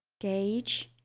gauge,